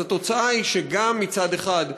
אז התוצאה היא גם מצד אחד,